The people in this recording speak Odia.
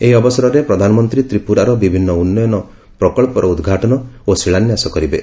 ଏହି ଅବସରରେ ପ୍ରଧାନମନ୍ତ୍ରୀ ତ୍ରିପୁରାର ବିଭିନ୍ନ ଉନ୍ନୟନ ପ୍ରକଳ୍ପର ଉଦ୍ଘାଟନ ଓ ଶିଳାନ୍ୟାସ କରିବେ